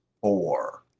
four